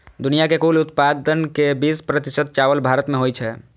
दुनिया के कुल उत्पादन के बीस प्रतिशत चावल भारत मे होइ छै